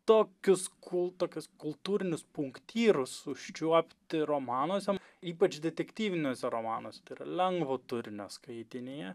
tokius kul tokius kultūrinius punktyrus užčiuopti romanuose ypač detektyviniuose romanuose tai yra lengvo turinio skaitinyje